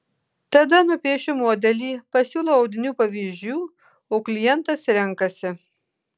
tada nupiešiu modelį pasiūlau audinių pavyzdžių o klientas renkasi